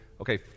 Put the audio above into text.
okay